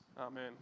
Amen